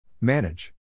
Manage